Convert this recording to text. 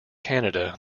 canada